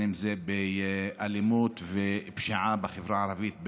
אם זה אלימות ופשיעה בחברה הערבית,